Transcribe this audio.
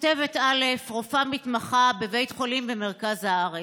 כותבת א', רופאה מתמחה בבית חולים במרכז הארץ: